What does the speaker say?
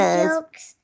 jokes